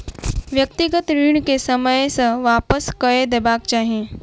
व्यक्तिगत ऋण के ससमय वापस कअ देबाक चाही